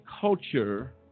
culture